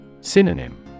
Synonym